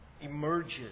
emerges